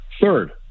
third